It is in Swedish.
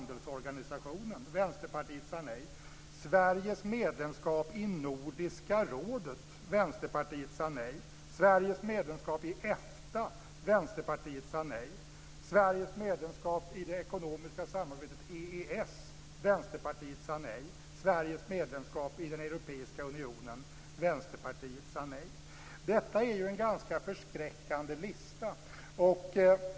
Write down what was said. Detta är ju en ganska förskräckande lista.